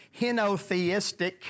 henotheistic